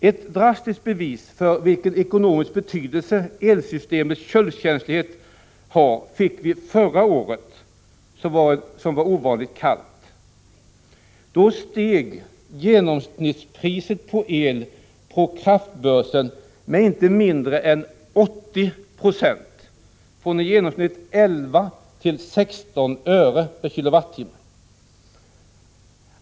Ett drastiskt bevis för vilken ekonomisk betydelse elsystemets köldkänslighet har fick vi förra året, som var ovanligt kallt. Då steg genomsnittspriset för el på kraftbörsen med inte mindre än 80 96, från ca 9 till 16 öre/k Wh.